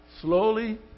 slowly